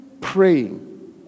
praying